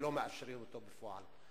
ולא מאפשרים אותו בפועל.